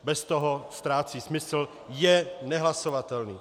Bez toho ztrácí smysl, je nehlasovatelný.